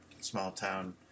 small-town